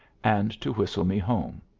and to whistle me home.